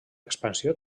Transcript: expansió